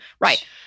right